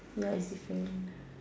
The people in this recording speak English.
ya it's different